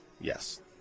Yes